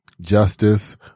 Justice